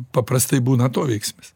paprastai būna atoveiksmis